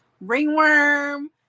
ringworm